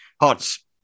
Hearts